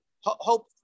hope